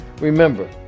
Remember